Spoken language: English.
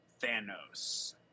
Thanos